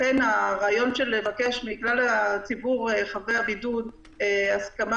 לכן, הרעיון לבקש מכלל הציבור חבי הבידוד הסכמה